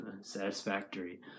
satisfactory